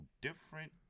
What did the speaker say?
different